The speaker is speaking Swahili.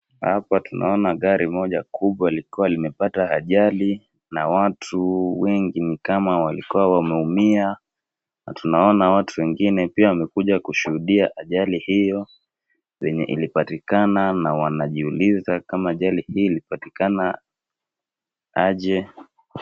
Hapa tunaona gari moja kubwa likiwa imepata ajali na watu wengi ni kama walikuwa wameumia na tunaona watu wengine pia wamekuja kushuhudia ajali hiyo, yenye ilipatikana na wanajiuliza kama ajalihii ilipatikana aje?